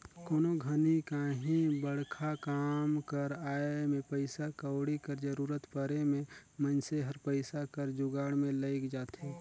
कोनो घनी काहीं बड़खा काम कर आए में पइसा कउड़ी कर जरूरत परे में मइनसे हर पइसा कर जुगाड़ में लइग जाथे